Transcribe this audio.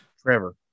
Trevor